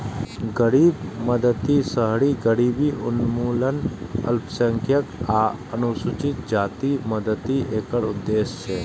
गरीबक मदति, शहरी गरीबी उन्मूलन, अल्पसंख्यक आ अनुसूचित जातिक मदति एकर उद्देश्य छै